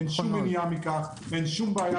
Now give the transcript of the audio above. אין שום מניעה בכך ואין שום בעיה,